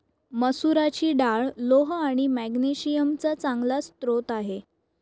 मसुराची डाळ लोह आणि मॅग्नेशिअम चा चांगला स्रोत आहे